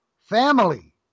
family